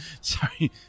Sorry